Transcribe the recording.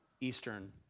Eastern